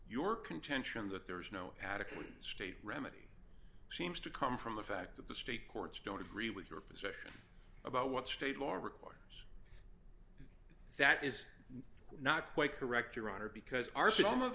your contention that there is no adequate state remedy seems to come from the fact that the state courts don't agree with your position about what state law requires that is not quite correct your honor because our s